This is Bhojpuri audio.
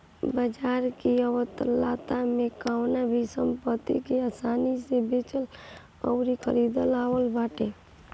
बाजार की तरलता में कवनो भी संपत्ति के आसानी से बेचल अउरी खरीदल आवत बाटे